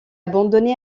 abandonné